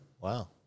Wow